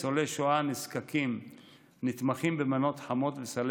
ניצולי שואה נזקקים נתמכים במנות חמות וסלי